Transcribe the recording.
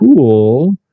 cool